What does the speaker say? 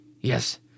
Yes